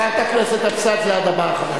חברת הכנסת אבסדזה, את הבאה אחריו.